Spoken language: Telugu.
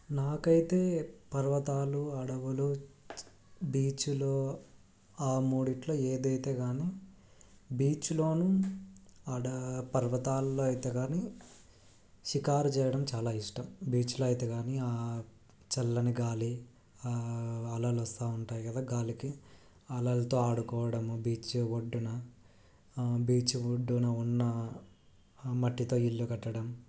నాకు అయితే పర్వతాలు అడవులు బీచ్లో ఆ మూడింటిలో ఏదైతే కానీ బీచ్లోను ఆడ పర్వతాల్లో అయితే కానీ షికారు చేయడం చాలా ఇష్టం బీచ్లో అయితే కానీ ఆ చల్లని గాలి ఆ అలలు వస్తూ ఉంటాయి కదా గాలికి అలలతో ఆడుకోవడము బీచ్ ఒడ్డున బీచ్ ఒడ్డున ఉన్న మట్టితో ఇల్లు కట్టడం